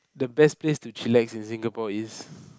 the best place to chillax in Singapore is